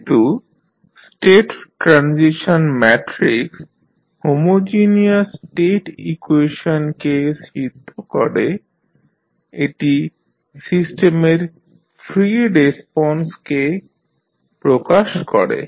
যেহেতু state transition matrix homogeneous state ইকুয়েশনকে সিদ্ধ করে এটি সিস্টেমের ফ্রি রেসপন্সকে প্রকাশ করে